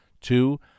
two